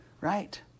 right